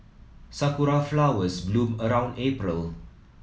sakura flowers bloom around April